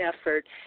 effort